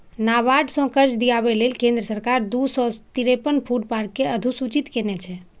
नाबार्ड सं कर्ज दियाबै लेल केंद्र सरकार दू सय तिरेपन फूड पार्क कें अधुसूचित केने छै